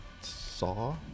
saw